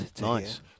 Nice